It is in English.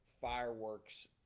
fireworks